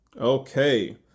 Okay